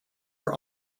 are